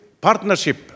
partnership